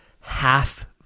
half